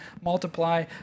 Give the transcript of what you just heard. multiply